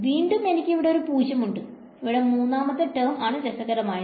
വീണ്ടും എനിക്ക് ഇവിടെ ഒരു 0 ഉണ്ട് ഇവിടെ മൂന്നാമത്തെ term ആണ് രസകരമായത്